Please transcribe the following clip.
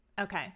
Okay